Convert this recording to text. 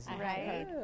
Right